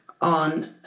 on